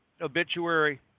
Obituary